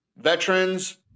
veterans